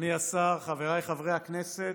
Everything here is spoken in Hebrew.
אדוני השר, חבריי חברי הכנסת,